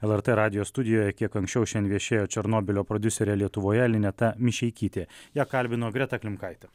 lrt radijo studijoje kiek anksčiau šiandien viešėjo černobylio prodiuserė lietuvoje lineta mišeikytė ją kalbino greta klimkaitė